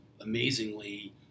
amazingly